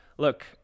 Look